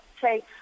say